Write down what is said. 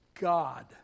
God